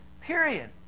period